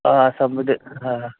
हा सम्झ हा